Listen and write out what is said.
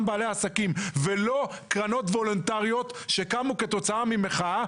בעלי עסקים ולא קרנות וולונטריות שקמו כתוצאה ממחאה